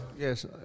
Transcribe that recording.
Yes